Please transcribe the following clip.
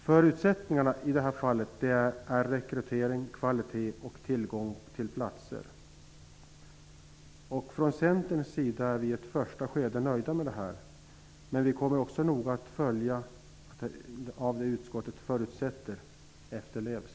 Förutsättningarna är i detta fall rekrytering, kvalitet och tillgång till platser. Från Centerns sida är vi i ett första skede nöjda med det, men vi kommer också noga att följa att det som utskottet förutsätter efterlevs.